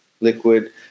liquid